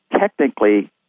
Technically